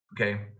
Okay